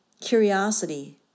Curiosity